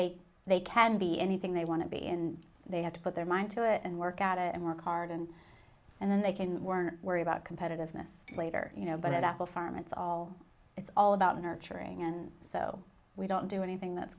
they they can be anything they want to be and they have to put their mind to it and work at it and work hard and and then they can weren't worry about competitiveness later you know but at apple farm it's all it's all about nurturing and so we don't do anything that's